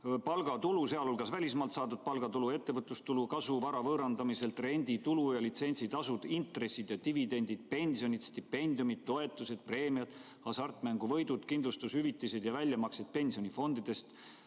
palgatulu, sh välismaalt saadud palgatulu, ettevõtlustulu, kasu vara võõrandamiselt, renditulu ja litsentsitasud, intressid ja dividendid, pensionid, stipendiumid, toetused, preemiad, hasartmänguvõidud, kindlustushüvitised ja väljamaksed pensionifondidest,